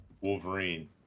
Wolverine